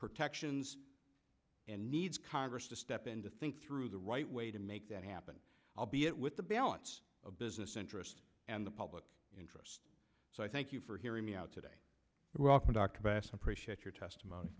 protections and needs congress to step in to think through the right way to make that happen i'll be it with the balance of business interests and the public interest so i thank you for hearing me out today welcome dr bass appreciate your testimony